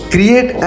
Create